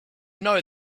know